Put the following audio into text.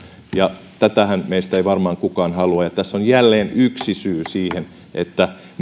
ja tätähän meistä ei varmaan kukaan halua tässä on jälleen yksi syy siihen